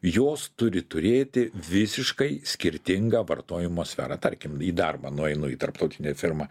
jos turi turėti visiškai skirtingą vartojimo sferą tarkim į darbą nueinu į tarptautinę firmą